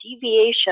deviation